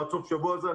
עד סוף שבוע זה,